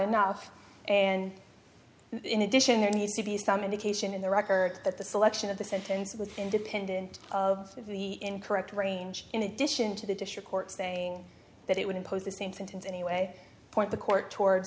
enough and in addition there needs to be some indication in the record that the selection of the sentence was independent of the incorrect range in addition to the district court saying that it would impose the same sentence anyway point the court towards